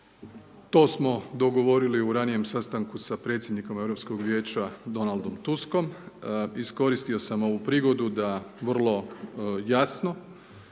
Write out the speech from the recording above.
To smo dogovorili u ranijem sastanku sa predsjednikom Europskog vijeća Donaldom Tuskom. Iskoristio sam ovu prigodu da vrlo jasno